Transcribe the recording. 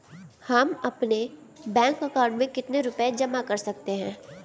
हम अपने bank account में कितने रुपये जमा कर सकते हैं?